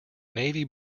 navy